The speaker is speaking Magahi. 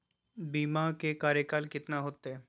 बीमा के कार्यकाल कितना होते?